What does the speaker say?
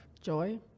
joy